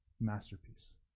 masterpiece